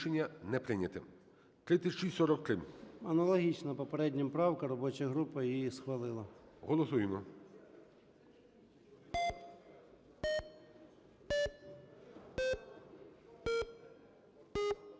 Аналогічна попереднім правка. Робоча група її схвалила. ГОЛОВУЮЧИЙ.